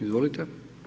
Izvolite.